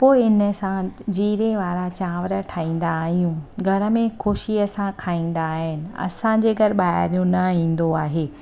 पो हिन सां जीरे वारा चांवर ठाहींदा आहियूं घर में ख़ुशी सां खाईंदा आहिनि असांजे घर ॿाहिरियो न ईंदो आहे